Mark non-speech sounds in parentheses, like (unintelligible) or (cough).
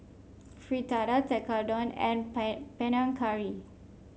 Fritada Tekkadon and (unintelligible) Panang Curry